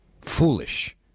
foolish